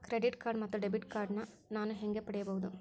Credit card ಮತ್ತು debit card ನಾನು ಹೇಗೆ ಪಡೆಯಬಹುದು?